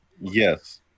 yes